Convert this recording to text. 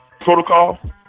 protocol